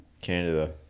Canada